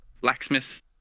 blacksmith